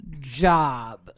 job